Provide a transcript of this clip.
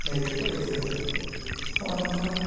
ᱱᱟᱹᱭ ᱛᱮᱠᱚ ᱤᱫᱤᱭᱟ ᱱᱚᱜᱼᱚᱭ ᱱᱚᱝᱠᱟ